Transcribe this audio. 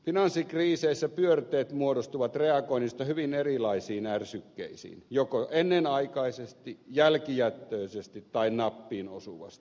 finanssikriiseissä pyörteet muodostuvat reagoinnista hyvin erilaisiin ärsykkeisiin joko ennenaikaisesti jälkijättöisesti tai nappiin osuvasti